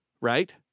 Right